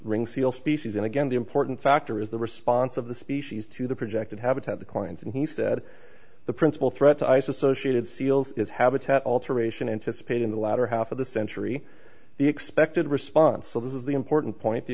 ring seal species and again the important factor is the response of the species to the projected habitat declines and he said the principal threat to ice associated seals is habitat alteration anticipate in the latter half of the century the expected response so this is the important point the